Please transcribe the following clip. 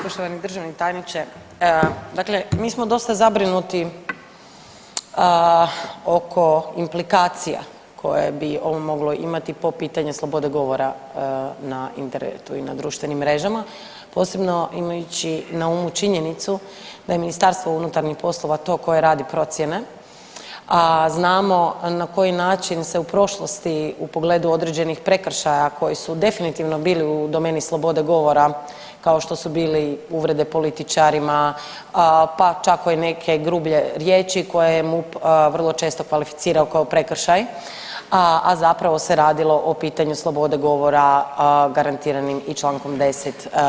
Poštovani državni tajniče dakle mi smo dosta zabrinuti oko implikacija koje bi ovo moglo imati po pitanju slobode govora na internetu i na društvenim mrežama posebno imajući na umu činjenicu da je MUP to koje radi procjene, a znamo na koji način se u prošlosti u pogledu određenih prekršaja koji su definitivno bili u domeni slobode govora kao što su bili uvrede političarima, pa tako i neke grublje riječi koje je MUP vrlo često kvalificirao kao prekršaj, a zapravo se radilo o pitanju slobode govora garantiranim i Člankom 10.